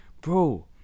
bro